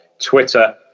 twitter